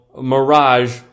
mirage